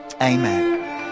Amen